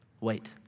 Wait